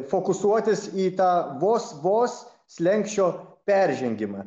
fokusuotis į tą vos vos slenksčio peržengimą